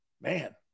Man